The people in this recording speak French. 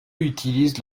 utilisent